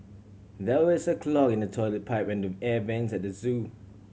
there is a clog in the toilet pipe and the air vents at the zoo